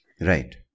Right